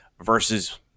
versus